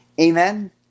Amen